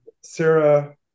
Sarah